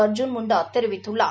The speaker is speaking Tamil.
அர்ஜூள் முண்டா தெரிவித்துள்ளார்